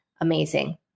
amazing